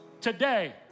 Today